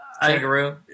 kangaroo